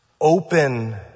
open